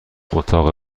اتاق